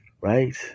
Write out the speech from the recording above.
right